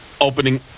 opening